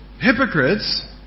hypocrites